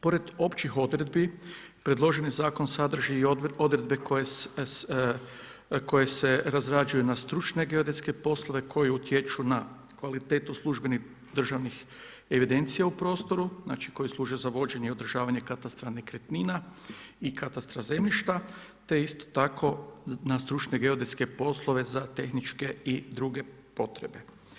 Pored općih odredbi predloženi zakon sadrži odredbe koje se razrađuju na stručne geodetske poslove koji utječu na kvalitetu službenih državnih evidencija u prostoru koji služe za vođenje i održavanje katastra nekretnina i katastra zemljišta te isto tako na stručne geodetske poslove za tehničke i druge potrebe.